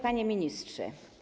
Panie Ministrze!